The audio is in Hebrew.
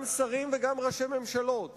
גם שרים וגם ראשי ממשלות